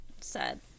Sad